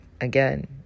again